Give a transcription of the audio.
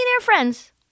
friends